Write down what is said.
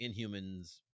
inhumans